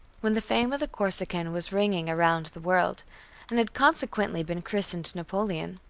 when the fame of the corsican was ringing around the world and had consequently been christened napoleon.